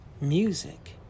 music